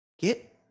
Get